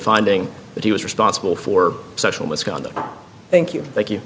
finding that he was responsible for sexual misconduct thank you you thank